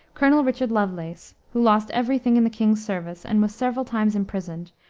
colonel richard lovelace, who lost every thing in the king's service and was several times imprisoned,